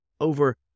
over